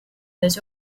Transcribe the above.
des